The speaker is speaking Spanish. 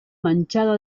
manchado